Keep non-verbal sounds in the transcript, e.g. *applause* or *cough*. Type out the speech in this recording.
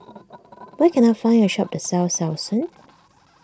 *noise* where can I find a shop that sells Selsun